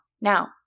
Now